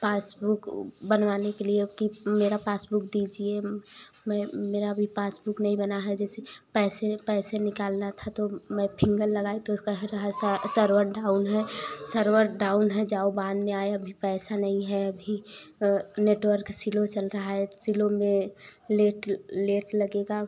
passbook बनवाने के लिए कि मेरा पासबुक दीजिए मैं मेरा अभी पासबुक नहीं बना है जैसे पैसे पैसे निकालना था तो मैं फिंगर लगाई तो कहे रहा है सर्वर डाउन है सर्वर डाउन है जाओ बाद में आऍं अभी पैसा नही है अभी नेटवर्क सिलो चल रहा है सिलो में लेट लेट लगेगा